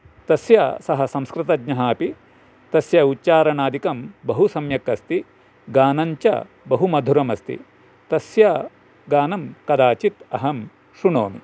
तस्य सः संस्कृतज्ञः अपि तस्य उच्चारणादिकं बहु सम्यक् अस्ति गानं च बहु मधुरमस्ति तस्य गानं कदाचित् अहं श्रुणोमि